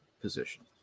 position